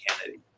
Kennedy